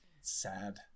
Sad